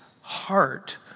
heart